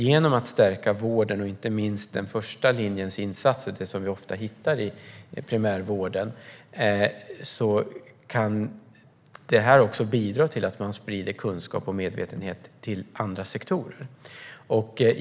Genom att stärka vården och inte minst den första linjens insatser, som vi ofta hittar i primärvården, tror jag också att man kan bidra till att sprida kunskap och medvetenhet till andra sektorer.